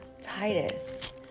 Titus